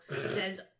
says